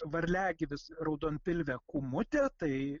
varliagyvis raudonpilvė kūmutė tai